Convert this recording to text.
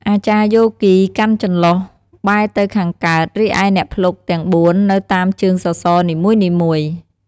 អាចារ្យយោគីកាន់ចន្លុះបែរទៅខាងកើត រីឯអ្នកភ្លុកទាំងបួននៅតាមជើងសសរនីមួយៗ។